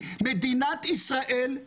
כי מדינת ישראל --- חבר הכנסת שיין.